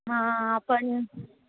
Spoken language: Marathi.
हा आपण